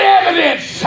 evidence